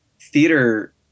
theater